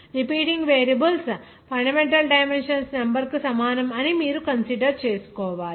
repeating variables fundamental dimensions number కు సమానం అని మీరు కన్సిడర్ చేయాలి